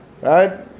right